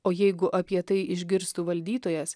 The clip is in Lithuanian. o jeigu apie tai išgirstų valdytojas